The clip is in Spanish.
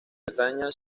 bretaña